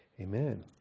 Amen